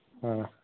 ᱦᱚᱸ